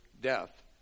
death